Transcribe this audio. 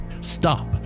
Stop